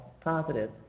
positive